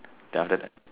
then after that